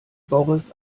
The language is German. boris